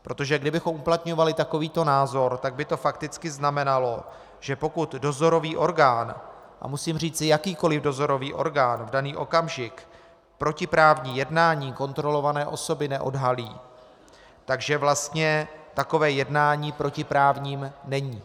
Protože kdybychom uplatňovali takový to názor, tak by to fakticky znamenalo, že pokud dozorový orgán, a musím říci jakýkoliv dozorový orgán, v daný okamžik protiprávní jednání kontrolované osoby neodhalí, tak že vlastně takové jednání protiprávním není.